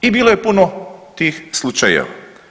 I bilo je puno tih slučajeva.